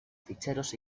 ficheros